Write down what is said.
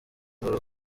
baza